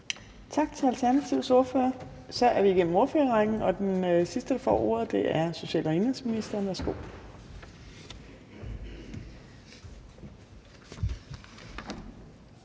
Tak til Alternativets ordfører. Så er vi igennem ordførerrækken, og den sidste, der får ordet, er social- og indenrigsministeren. Værsgo.